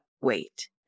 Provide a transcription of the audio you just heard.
wait